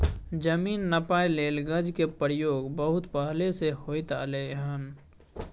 जमीन नापइ लेल गज के प्रयोग बहुत पहले से होइत एलै हन